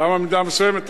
למה במידה מסוימת?